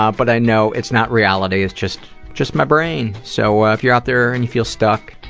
um but i know it's not reality, it's just just my brain. so, ah, if you're out there and you feel stuck,